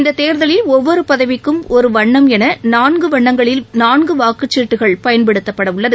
இந்ததேர்தலில் ஒவ்வொருபதவிக்கும் ஒருவண்ணம் என நான்குவண்ணங்களில் நான்குவாக்குச்சீட்டுகள் பயன்படுத்தபடவுள்ளது